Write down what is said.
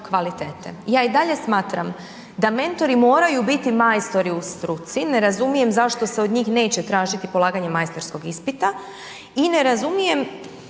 Ja i dalje smatram da mentori moraju biti majstori u struci, ne razumijem zašto se od njih neće tražiti polaganje majstorskog ispita i ne razumijem